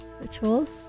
rituals